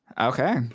Okay